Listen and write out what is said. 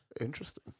Interesting